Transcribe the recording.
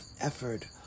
effort